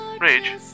Rage